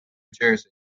jersey